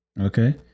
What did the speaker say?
Okay